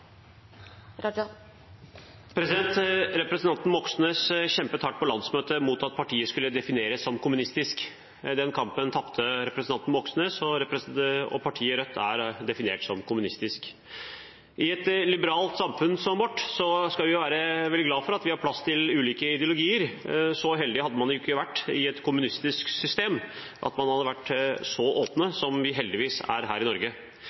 Representanten Moxnes kjempet hardt på landsmøtet mot at partiet skulle defineres som kommunistisk. Den kampen tapte representanten Moxnes, og partiet Rødt er definert som kommunistisk. I et liberalt samfunn som vårt skal vi være veldig glad for at vi har plass til ulike ideologier. Så heldige hadde man ikke vært i et kommunistisk system – at man hadde vært så åpne som vi heldigvis er her i Norge.